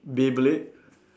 Beyblade